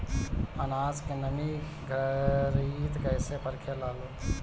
आनाज के नमी घरयीत कैसे परखे लालो?